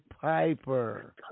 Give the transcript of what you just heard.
Piper